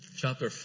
chapter